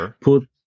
put